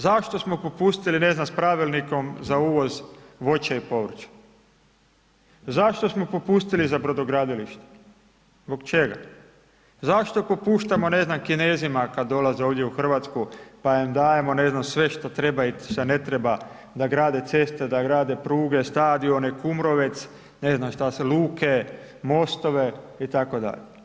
Zašto smo popustili ne znam s pravilnikom za uvoz voća i povrća, zašto smo popustili za brodogradilišta, zbog čega, zašto popuštamo ne znam Kinezima kad dolaze ovdje u Hrvatsku pa im dajemo ne znam sve što treba i što ne treba da grade ceste, da grade pruge, stadione, Kumrovec, ne znam šta sve, luke, mostove itd.